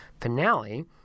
finale